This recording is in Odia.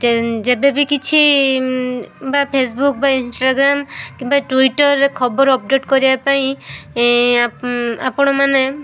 ଯେବେ ବି କିଛି ବା ଫେସବୁକ୍ ବା ଇନଷ୍ଟାଗ୍ରାମ୍ କିମ୍ବା ଟ୍ୱିଟରରେ ଖବର ଅପଡ଼େଟ୍ କରିବା ପାଇଁ ଆପଣମାନେ